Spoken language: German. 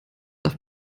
darf